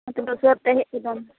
ᱦᱮᱸ ᱛᱚᱵᱮ ᱩᱥᱟᱹᱨᱟᱛᱮ ᱦᱮᱡ ᱜᱚᱫᱚᱜ ᱢᱮ